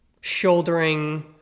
shouldering